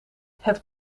het